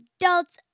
adults